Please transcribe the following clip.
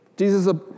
Jesus